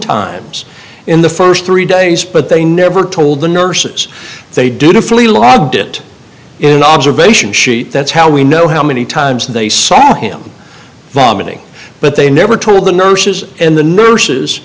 times in the st three days but they never told the nurses they didn't fully logged it in observation sheet that's how we know how many times they saw him vomiting but they never told the nurses and the nurses